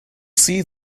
see